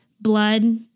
Blood